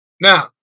Now